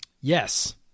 Yes